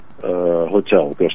Hotel